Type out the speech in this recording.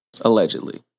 allegedly